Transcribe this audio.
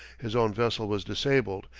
his own vessel was disabled,